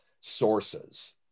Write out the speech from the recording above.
sources